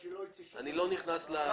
אני אומר את זה לפרוטוקול.